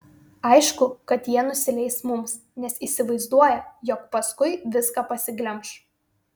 aišku kad jie nusileis mums nes įsivaizduoja jog paskui viską pasiglemš